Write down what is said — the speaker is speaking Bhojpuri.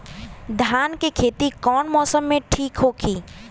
धान के खेती कौना मौसम में ठीक होकी?